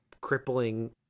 crippling